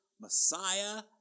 Messiah